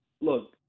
look